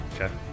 Okay